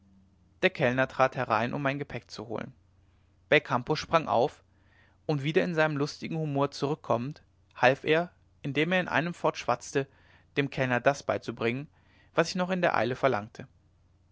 der kellner trat herein um mein gepäck zu holen belcampo sprang auf und wieder in seinen lustigen humor zurückkommend half er indem er in einem fort schwatzte dem kellner das herbeibringen was ich noch in der eile verlangte